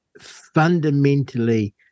fundamentally